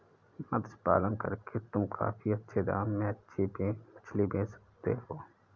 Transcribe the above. मत्स्य पालन करके तुम काफी अच्छे दाम में मछली बेच सकती हो